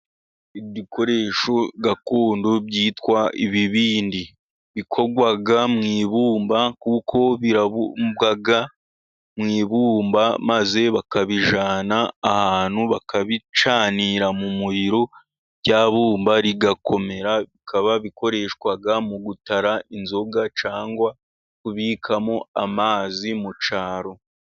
Ibikoresho gakondo byitwa ibibindi. Bikorwa mu ibumba kuko birabumbwa mu ibumba, maze bakabijyana ahantu bakabicanira mu muriro. Rya bumba rigakomera bikaba bikoreshwa mu gutara inzoga cyangwa kubikamo amazi mu cyaro.